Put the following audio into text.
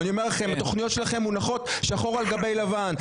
אני אומר לכם שהתוכניות שלכם מונחות שחור על גבי לבן.